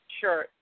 Sure